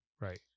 Right